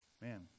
Man